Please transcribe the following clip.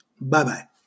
Bye-bye